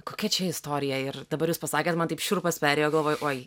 kokia čia istorija ir dabar jūs pasakėt man taip šiurpas perėjo galvoju oi